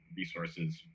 resources